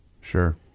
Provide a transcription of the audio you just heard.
Sure